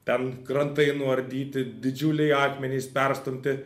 ten krantai nuardyti didžiuliai akmenys perstumti